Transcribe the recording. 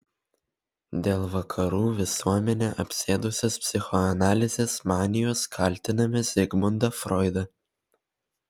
dėl vakarų visuomenę apsėdusios psichoanalizės manijos kaltiname zigmundą froidą